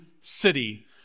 city